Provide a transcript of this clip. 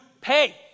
pay